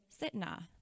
Sitna